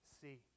see